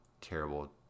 terrible